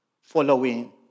following